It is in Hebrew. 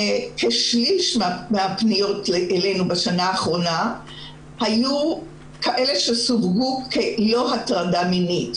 כשליש מהפניות אלינו בשנה האחרונה היו כאלה שסווגו כלא הטרדה מינית,